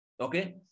Okay